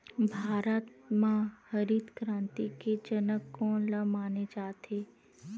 भारत मा हरित क्रांति के जनक कोन ला माने जाथे?